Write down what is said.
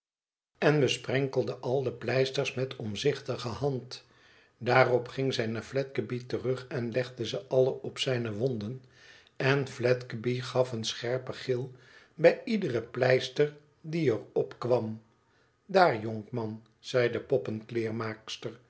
en besprenkelde al de pleisters met omzichtige hand daarop ging zij naar fledgeby terug en legde ze alle op zijne wonden en fledgeby gaf een scherpen gil bij iedere pleister die er op kwam daar jonkman zei